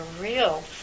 real